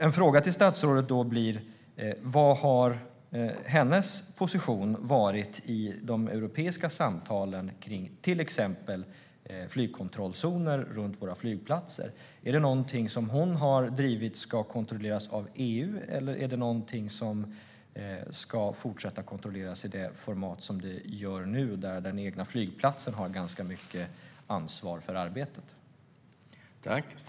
Min fråga är då: Vad har statsrådets position varit i de europeiska samtalen om till exempel flygkontrollszoner runt våra flygplatser? Har statsrådet drivit att det ska kontrolleras av EU? Eller är det någonting som ska fortsätta att kontrolleras i det format som nu sker, där den egna flygplatsen har ganska mycket ansvar för arbetet?